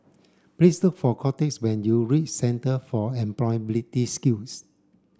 please look for Cortez when you reach Centre for Employability Skills